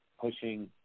pushing